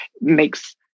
makes